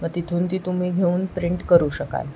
मग तिथून ती तुम्ही घेऊन प्रिंट करू शकाल